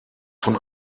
von